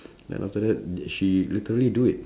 then after that she literally do it